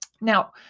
Now